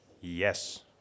Yes